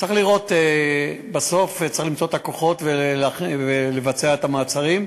בסוף צריך למצוא את הכוחות ולבצע את המעצרים.